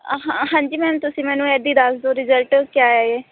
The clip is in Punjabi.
ਹਾਂ ਹਾਂਜੀ ਮੈਮ ਤੁਸੀਂ ਮੈਨੂੰ ਇੱਦਾਂ ਹੀ ਦੱਸ ਦੋ ਰਿਜਲਟ ਕਿਆ ਹੈ